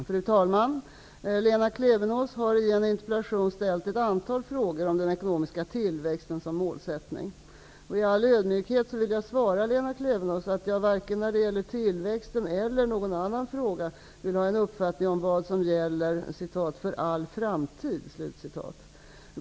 Fru talman! Lena Klevenås har i en interpellation ställt ett antal frågor om den ekonomiska tillväxten som målsättning. I all ödmjukhet vill jag svara Lena Klevenås att jag varken när det gäller tillväxten eller någon annan fråga vill ha en uppfattning om vad som gäller ''för all framtid''.